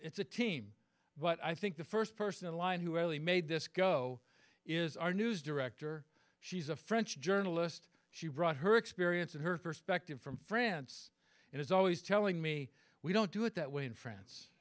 it's a team but i think the st person in line who actually made this go is our news director she's a french journalist she brought her experience and her perspective from france and is always telling me we don't do it that way in france